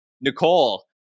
Nicole